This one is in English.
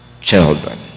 children